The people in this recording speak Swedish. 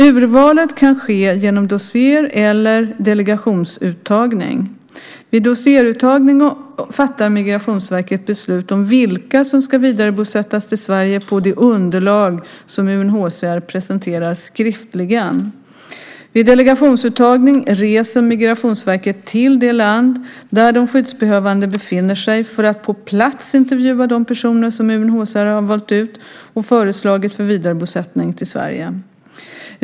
Urvalet kan ske genom dossier eller delegationsuttagning. Vid dossieruttagning fattar Migrationsverket beslut om vilka som ska vidarebosättas i Sverige på det underlag som UNHCR presenterar skriftligen. Vid delegationsuttagning reser Migrationsverket till det land där de skyddsbehövande befinner sig för att på plats intervjua de personer som UNHCR har valt ut och föreslagit för vidarebosättning i Sverige.